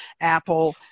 Apple